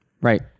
Right